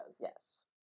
Yes